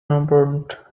opened